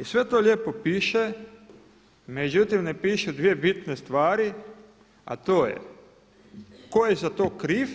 I sve to lijepo piše, međutim ne piše dvije bitne stvari a to je tko je za to kriv